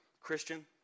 Christian